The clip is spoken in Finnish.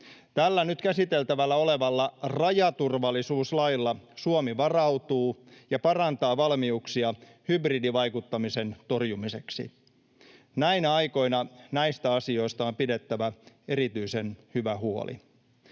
Tällä nyt käsiteltävänä olevalla rajaturvallisuuslailla Suomi varautuu ja parantaa valmiuksia hybridivaikuttamisen torjumiseksi. Näinä aikoina näistä asioista on pidettävä erityisen hyvä huoli.